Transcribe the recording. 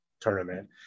tournament